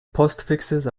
postfixes